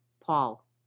Paul